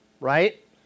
right